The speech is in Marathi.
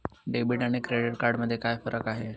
डेबिट आणि क्रेडिट कार्ड मध्ये काय फरक आहे?